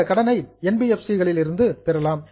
இந்தக் கடனை N B F C களில் இருந்தும் பெறலாம்